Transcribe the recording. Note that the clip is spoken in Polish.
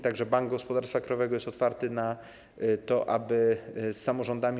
Także Bank Gospodarstwa Krajowego jest otwarty na to, aby rozmawiać z samorządami.